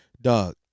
Dog